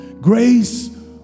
grace